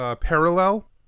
Parallel